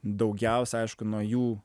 daugiausiai aišku nuo jų